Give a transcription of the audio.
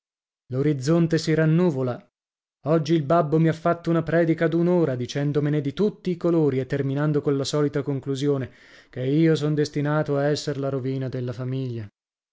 l'orizzonte si rannuvola oggi il babbo mi ha fatto una predica d'un'ora dicendomene di tutti i colori e terminando colla solita conclusione che io son destinato a esser la rovina della famiglia